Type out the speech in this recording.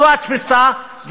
זו התפיסה,